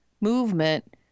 movement